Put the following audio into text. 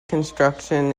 construction